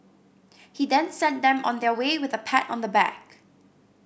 he then sent them on their way with a pat on the back